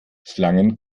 schlangen